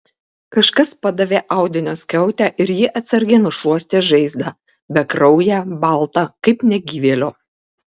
kažkas padavė audinio skiautę ir ji atsargiai nušluostė žaizdą bekrauję baltą kaip negyvėlio